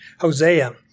Hosea